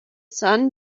sun